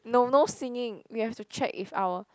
no no singing we have to check if our